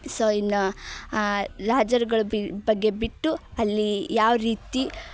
so ಇನ್ನು ರಾಜರು ಬಿ ಬಗ್ಗೆ ಬಿಟ್ಟು ಅಲ್ಲಿ ಯಾವ ರೀತಿ